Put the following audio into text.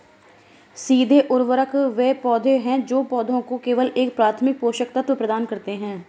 सीधे उर्वरक वे होते हैं जो पौधों को केवल एक प्राथमिक पोषक तत्व प्रदान करते हैं